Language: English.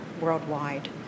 worldwide